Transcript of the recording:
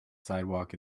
sidewalk